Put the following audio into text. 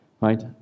right